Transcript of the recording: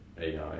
AI